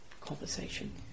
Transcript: conversation